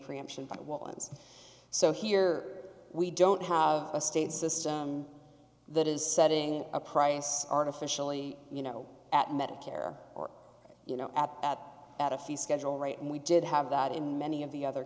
preemption but ones so here we don't have a state system that is setting a price artificially you know at medicare or you know at at at a fee schedule rate and we did have that in many of the other